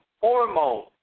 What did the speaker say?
hormone